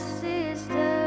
sister